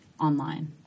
online